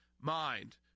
mind